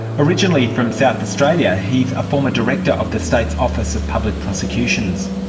originally from south australia, he's a former director of the state's office of public prosecutions.